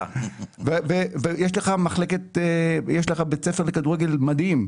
יש לך בית ספר לכדורגל, מדהים.